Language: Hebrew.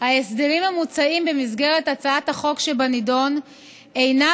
ההסדרים המוצעים במסגרת הצעת החוק שבנדון אינם